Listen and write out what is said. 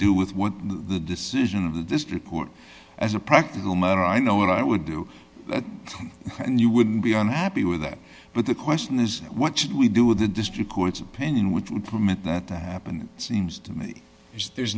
do with what the decision of the district court as a practical matter i know what i would do and you would be unhappy with that but the question is what should we do with the district court's opinion which would permit that to happen it seems to me is there's